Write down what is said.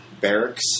barracks